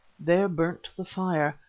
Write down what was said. there burnt the fire,